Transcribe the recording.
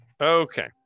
okay